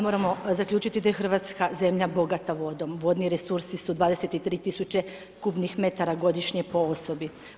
Moramo zaključiti da je Hrvatska zemlja bogata vodom, vodni resursi su 23000 kubnih metara godišnje po osobi.